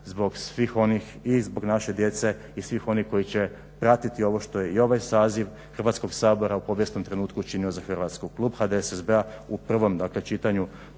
zbog svih onih i zbog naše djece i svih onih koji će pratiti ovo što je i ovaj Saziv Hrvatskog sabora u povijesnom trenutku činio za Hrvatsku. Klub HDSSB-a u prvom čitanju